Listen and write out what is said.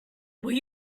will